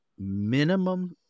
Minimum